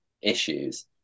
issues